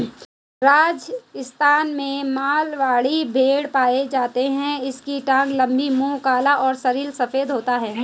राजस्थान में मारवाड़ी भेड़ पाई जाती है इसकी टांगे लंबी, मुंह काला और शरीर सफेद होता है